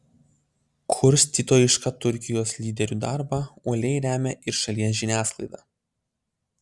kurstytojišką turkijos lyderių darbą uoliai remia ir šalies žiniasklaida